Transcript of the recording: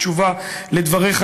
בתשובה על דבריך,